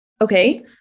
Okay